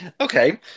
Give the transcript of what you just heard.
Okay